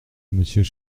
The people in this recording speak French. monsieur